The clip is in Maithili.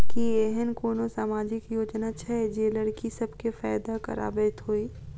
की एहेन कोनो सामाजिक योजना छै जे लड़की सब केँ फैदा कराबैत होइ?